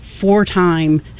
four-time